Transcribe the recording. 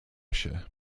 się